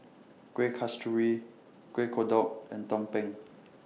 Kueh Kasturi Kueh Kodok and Tumpeng